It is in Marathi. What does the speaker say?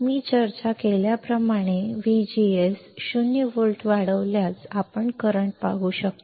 मी चर्चा केल्याप्रमाणे मी VGS 0 व्होल्ट वाढवल्यास आपण करंट पाहू शकतो